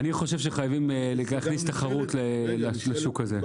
אני חושב שחייבים להכניס תחרות לשוק הזה.